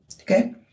Okay